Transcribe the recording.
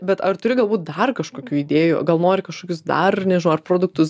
bet ar turi galbūt dar kažkokių idėjų gal nori kažkokius dar nežinau ar produktus